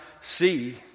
see